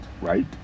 right